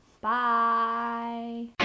Bye